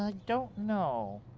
ah don't know.